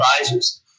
advisors